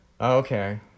okay